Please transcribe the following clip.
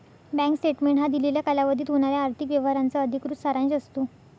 bank statement हा दिलेल्या कालावधीत होणाऱ्या आर्थिक व्यवहारांचा अधिकृत सारांश असतो